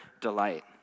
delight